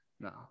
No